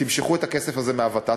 תמשכו את הכסף הזה מהוות"ת,